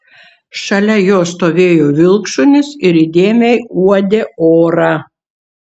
šalia jo stovėjo vilkšunis ir įdėmiai uodė orą